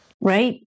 Right